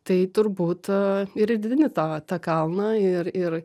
tai turbūt ir rideni tą tą kalną ir ir